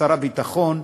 שר הביטחון,